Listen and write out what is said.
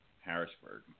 Harrisburg